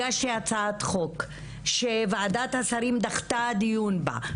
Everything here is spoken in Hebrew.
הגשתי הצעת חוק שוועדת השרים דחתה דיון בה,